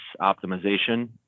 optimization